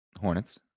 Hornets